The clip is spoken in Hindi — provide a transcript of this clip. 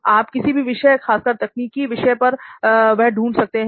आप किसी भी विषय खासकर तकनीकी विषय पर वह ढूंढ सकते हैं